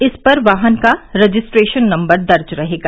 इस पर वाहन का रजिस्ट्रेशन नम्बर दर्ज रहेगा